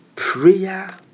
Prayer